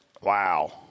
wow